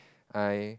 I